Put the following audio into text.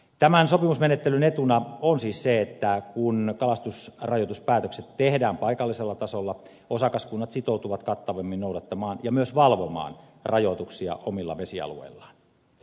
tämän sopimusmenettelyn etuna on siis se että kun kalastusrajoituspäätökset tehdään paikallisella tasolla osakaskunnat sitoutuvat kattavimmin noudattamaan ja myös valvomaan rajoituksia omilla vesialueillaan